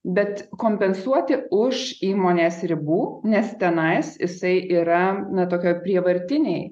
bet kompensuoti už įmonės ribų nes tenais jisai yra na tokioj prievartinėj